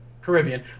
Caribbean